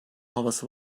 havası